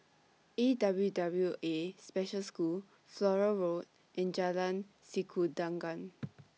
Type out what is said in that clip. A W W A Special School Flora Road and Jalan Sikudangan